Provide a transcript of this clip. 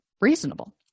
reasonable